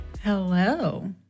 Hello